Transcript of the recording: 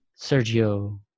Sergio